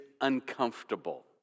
uncomfortable